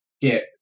get